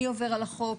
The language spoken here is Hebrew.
מי עובר על החוק.